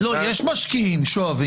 ואז אם משהו לא יהיה מובן,